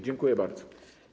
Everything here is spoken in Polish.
Dziękuję bardzo.